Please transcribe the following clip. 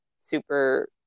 super